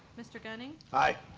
mr. gunning? aye.